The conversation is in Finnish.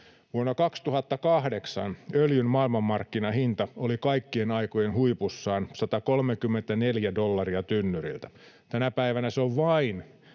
Vuonna 2008 öljyn maailmanmarkkinahinta oli kaikkien aikojen huipussaan, 134 dollaria tynnyriltä. Tänä päivänä se on ”vain”